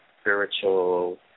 spiritual